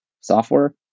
software